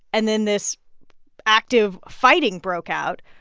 and then this active fighting broke out.